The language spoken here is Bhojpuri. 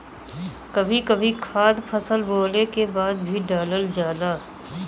कभी कभी खाद फसल बोवले के बाद भी डालल जाला